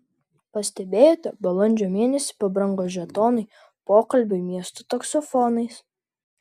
pastebėjote balandžio mėnesį pabrango žetonai pokalbiui miesto taksofonais